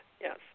yes